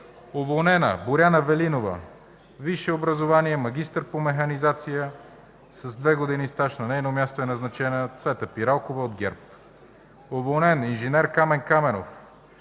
Уволнена: Боряна Велинова. Висше образование – магистър по механизация с две години стаж. На нейно място е назначена Цвета Пиралкова от ГЕРБ. Уволнен: инж. Камен Каменов.